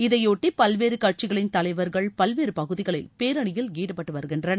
இதையொட்டி பல்வேறு கட்சிகளின் தலைவர்கள் பல்வேறு பகுதிகளில் பேரணியில் ஈடுபட்டு வருகின்றனர்